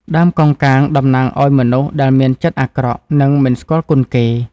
ដើមកោងកាងតំណាងឲ្យមនុស្សដែលមានចិត្តអាក្រក់ និងមិនស្គាល់គុណគេ។